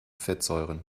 fettsäuren